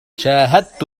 شاهدت